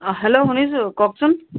অ hello শুনিছোঁ কওকচোন